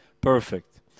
perfect